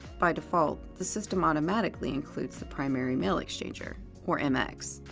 by default, the system automatically includes the primary mail exchanger, or mx,